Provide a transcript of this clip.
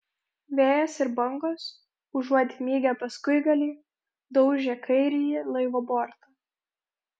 vėjas ir bangos užuot mygę paskuigalį daužė kairįjį laivo bortą